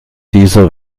dieser